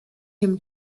him